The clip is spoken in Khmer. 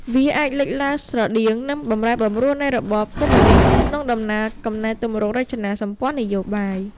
វាអាចលេចឡើងស្រដៀងនឹងបម្រែបម្រួលនៃរបបកុម្មុយនិស្ត ក្នុងដំណើរកំណែទម្រង់រចនាសម្ព័ន្ធនយោបាយ។